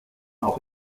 auch